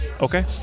Okay